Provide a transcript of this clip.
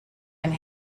and